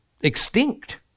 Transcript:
extinct